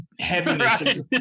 heaviness